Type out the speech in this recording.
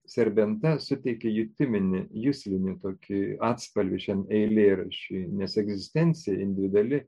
serbenta suteikia jutiminį juslinį tokį atspalvį šiam eilėraščiui nes egzistencija individuali